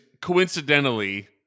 coincidentally